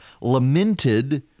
lamented